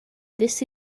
this